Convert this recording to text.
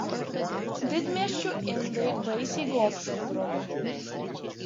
didmiesčių indai baisiai gobšūs brolau